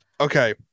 Okay